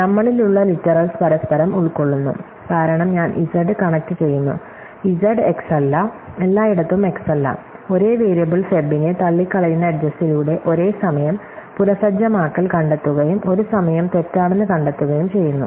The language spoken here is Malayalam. നമ്മളിലുള്ള ലിറ്റരൽസ് പരസ്പരം ഉൾക്കൊള്ളുന്നു കാരണം ഞാൻ z കണക്റ്റുചെയ്യുന്നു z x അല്ല എല്ലായിടത്തും x അല്ല ഒരേ വേരിയബിൾ ഫെബിനെ തള്ളിക്കളയുന്ന എട്ജസിലൂടെ ഒരേ സമയം പുനസജ്ജമാക്കൽ കണ്ടെത്തുകയും ഒരു സമയം തെറ്റാണെന്ന് കണ്ടെത്തുകയും ചെയ്യുന്നു